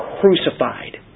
crucified